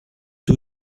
two